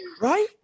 Right